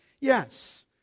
Yes